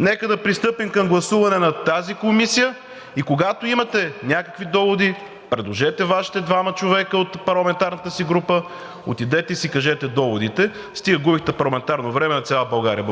Нека да пристъпим към гласуване на тази комисия и когато имате някакви доводи, предложете Вашите двама човека от парламентарната си група, отидете и си кажете доводите. Стига губихте парламентарното време на цяла България.